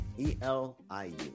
E-L-I-U